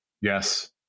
Yes